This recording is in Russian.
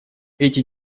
эти